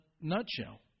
nutshell